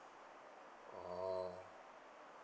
oh